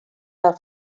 del